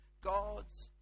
God's